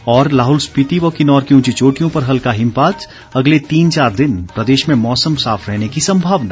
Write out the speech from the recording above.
और लाहौल स्पीति व किन्नौर की ऊंची चोटियों पर हल्का हिमपात अगले तीन चार दिन प्रदेश में मौसम साफ रहने की संभावना